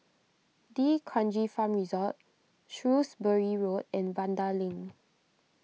D'Kranji Farm Resort Shrewsbury Road and Vanda Link